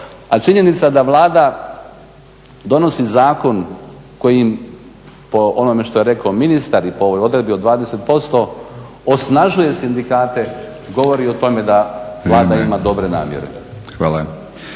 Ali činjenica da Vlada donosi zakon kojim po onome što je rekao ministar i po ovoj odredbi od 20% osnažuje sindikate, govori o tome da Vlada ima dobre namjere.